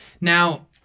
Now